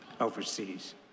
overseas